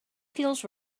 feels